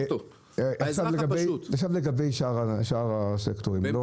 עכשיו לגבי שאר הסקטורים.